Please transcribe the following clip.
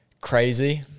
crazy